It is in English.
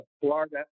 Florida